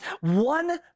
one